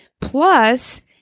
plus